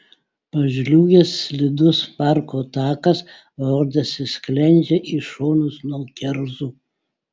pažliugęs slidus parko takas rodėsi sklendžia į šonus nuo kerzų